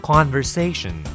Conversation